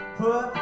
put